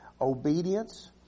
obedience